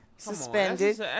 Suspended